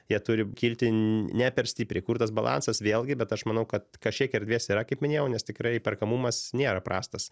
jie turi kilti ne per stipriai kur tas balansas vėlgi bet aš manau kad kažkiek erdvės yra kaip minėjau nes tikrai įperkamumas nėra prastas